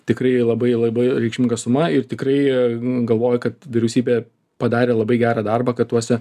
tikrai labai labai reikšminga suma ir tikrai galvoju kad vyriausybė padarė labai gerą darbą kad tuose